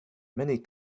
many